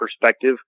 perspective